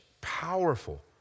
powerful